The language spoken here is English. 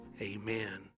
amen